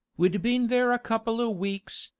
we'd been there a couple o' weeks,